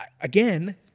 again